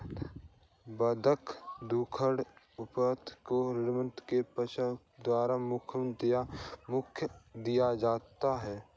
बंधक धोखाधड़ी उपभोक्ता को ऋणदाता के एजेंटों द्वारा गुमराह या धोखा दिया जाता है